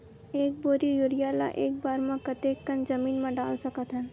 एक बोरी यूरिया ल एक बार म कते कन जमीन म डाल सकत हन?